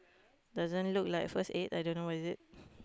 doesn't look like first aid I don't know what is it